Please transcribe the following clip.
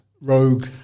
rogue